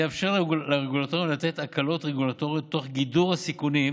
יאפשר לרגולטורים לתת הקלות רגולטוריות תוך גידור הסיכונים,